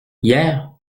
hier